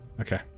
Okay